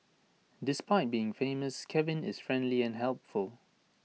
despite being famous Kevin is friendly and helpful